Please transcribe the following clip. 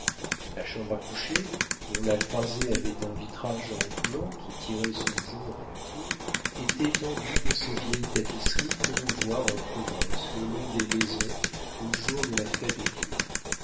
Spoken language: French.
la chambre à coucher dont la croisée avait un vitrage en plomb qui tirait son jour de la cour était tendue de ces vieilles tapisseries que l'on voit en province le long des maisons au jour de la fête-dieu il